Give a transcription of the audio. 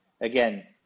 again